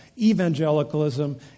evangelicalism